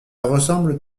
ressemble